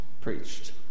preached